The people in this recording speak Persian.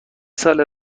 سال